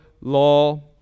law